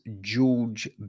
George